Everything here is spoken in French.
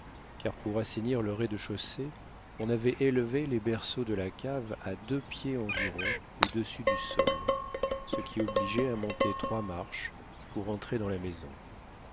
car pour assainir le rez-de-chaussée on avait élevé les berceaux de la cave à deux pieds environ au-dessus du sol ce qui obligeait à monter trois marches pour entrer dans la maison